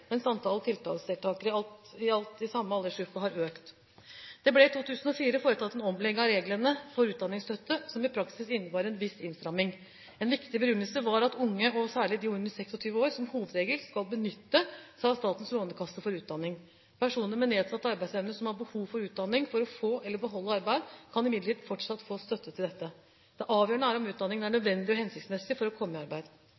mens antall tiltaksdeltakere i alt i samme aldersgruppe har økt. Det ble i 2004 foretatt en omlegging av reglene for utdanningsstøtte, som i praksis innebar en viss innstramming. En viktig begrunnelse var at unge, og særlig de under 26 år, som hovedregel skal benytte seg av Statens lånekasse for utdanning. Personer med nedsatt arbeidsevne som har behov for utdanning for å få eller beholde arbeid, kan imidlertid fortsatt få støtte til dette. Det avgjørende er om utdanning er